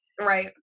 Right